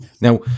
Now